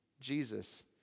Jesus